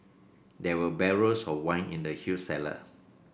there were barrels of wine in the huge cellar